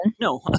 No